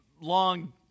long